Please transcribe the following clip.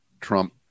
Trump